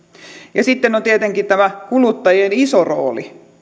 ja sitten on tietenkin tämä kuluttajien iso rooli